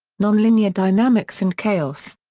nonlinear dynamics and chaos.